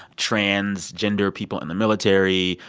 transgender people in the military,